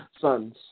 sons